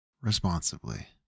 responsibly